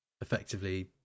effectively